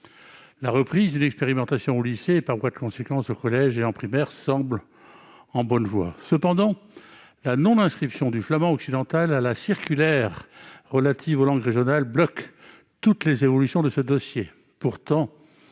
La reprise d'une expérimentation au lycée et, par voie de conséquence, au collège et à l'école primaire semble en bonne voie. Néanmoins, la non-inscription du flamand occidental dans la circulaire relative aux langues régionales bloque toutes les évolutions de ce dossier,